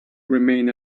remain